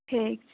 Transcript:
ठीक छै